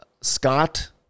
Scott